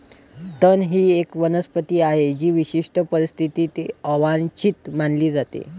तण ही एक वनस्पती आहे जी विशिष्ट परिस्थितीत अवांछित मानली जाते